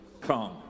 come